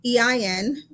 EIN